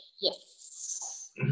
Yes